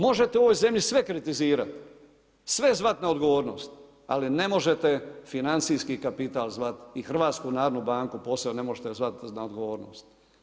Možete u ovoj zemlji sve kritizirati, sve zvati na odgovornost ali ne možete financijski kapital zvati i HNB posebno ne možete zvati na odgovornost.